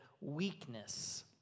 weakness